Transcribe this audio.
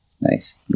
nice